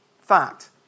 fact